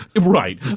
Right